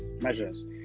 measures